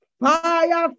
fire